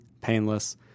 painless